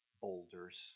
boulders